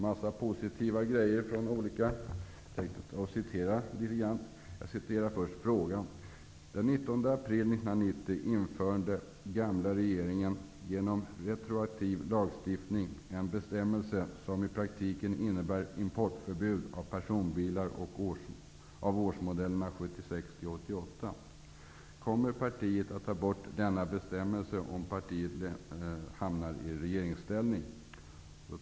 Jag återger först frågan som ställdes till partiledarna: ''Den 19 april 1990 införde nuvarande regeringen, genom retroaktiv lagstiftning, en bestämmelse som i praktiken innebär importförbud av personbilar av årsmodellerna 1976-88. Kommer partiet att ta bort denna bestämmelse om partiet hamnar i regeringsställning?''